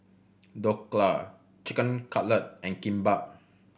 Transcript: Dhokla Chicken Cutlet and Kimbap